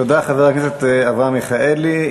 תודה, חבר הכנסת אברהם מיכאלי.